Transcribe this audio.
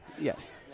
Yes